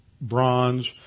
bronze